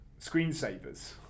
screensavers